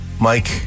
mike